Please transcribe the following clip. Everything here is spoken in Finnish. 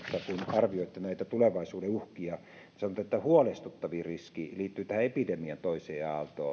arvioitte näitä tulevaisuuden uhkia sanotaan että huolestuttavin riski liittyy tähän epidemian toiseen aaltoon